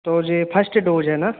तो यह first dose है ना